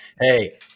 hey